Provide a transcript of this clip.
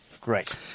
Great